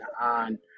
on